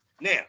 Now